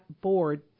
board